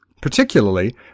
particularly